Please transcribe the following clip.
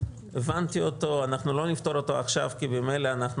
הבנתי אותו ואנחנו לא נפתור אותו עכשיו כי ממילא אנחנו